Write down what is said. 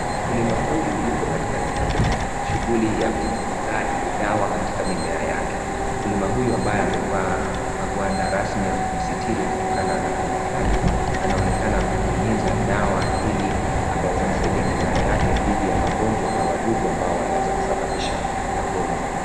Mkulima huyu yuko katika shughuli ya unyunyizaji dawa katika mimea yake, mkulima huyu ambaye amevaa magwanda rasmi ya kujisitiri kutokana na kemikali, anaonekana kunyunyiza dawa ili akaweze kusaidia mimea yake dhidi ya magonjwa na wadudu ambao wanaweza kusababisha magojwa.